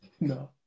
No